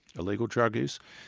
illegal drug use?